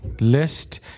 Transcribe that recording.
list